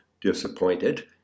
disappointed